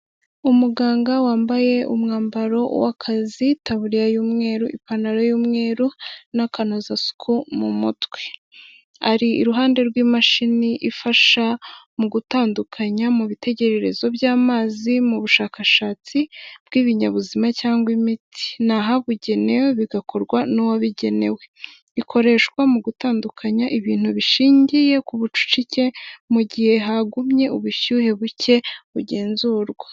Umuganga wambaye umwambaro w'akazi Itaburiya y'umweru ipantaro y'umweru n'akanozasuku mu mutwe, ari iruhande rw'imashini ifasha mu gutandukanya mu bitegererezo by'amazi mu bushakashatsi bw'ibinyabuzima cyangwa imiti ni ahabugenewe bigakorwa n'uwabigenewe, ikoreshwa mu gutandukanya ibintu bishingiye ku bucucike mu gihe hagumye ubushyuhe buke bugenzurwa.